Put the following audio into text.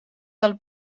del